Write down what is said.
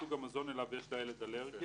סוג המזון אליו יש לילד אלרגיה."